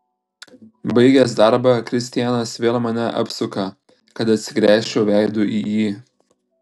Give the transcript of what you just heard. baigęs darbą kristianas vėl mane apsuka kad atsigręžčiau veidu į jį